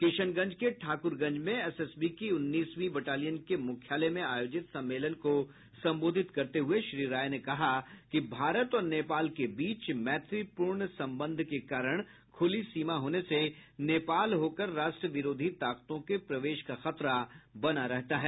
किशनगंज के ठाकुरगंज में एसएसबी के उन्नीसवीं बटालियन के मुख्यालय में आयोजित सम्मेलन को संबोधित करते हुये श्री राय ने कहा कि भारत और नेपाल के बीच मैत्रीपूर्ण संबंध के कारण खूली सीमा होने से नेपाल होकर राष्ट्र विरोधी ताकतों के प्रवेश का खतरा बना रहता है